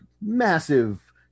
massive